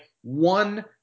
one –